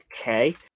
Okay